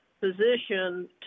position